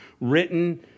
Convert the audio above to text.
written